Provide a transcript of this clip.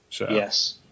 Yes